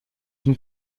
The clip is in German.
mit